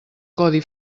codi